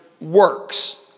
works